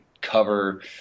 cover